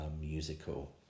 musical